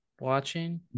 watching